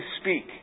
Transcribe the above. speak